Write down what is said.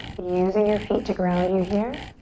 using your feet to ground you here.